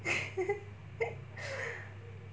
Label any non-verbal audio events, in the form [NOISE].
[LAUGHS]